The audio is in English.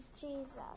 Jesus